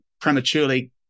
prematurely